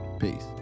peace